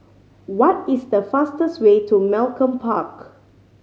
what is the fastest way to Malcolm Park